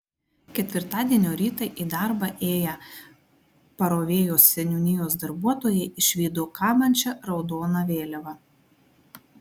ketvirtadienio rytą į darbą ėję parovėjos seniūnijos darbuotojai išvydo kabančią raudoną vėliavą